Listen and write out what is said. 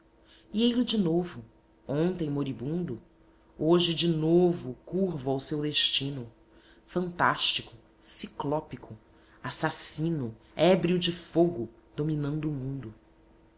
e ei-lo de novo ontem moribundo hoje de novo curvo ao seu destino fantástico ciclópico assassino ébrio de fogo dominando o mundo